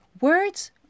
words